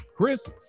Chris